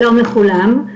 שלום לכולם.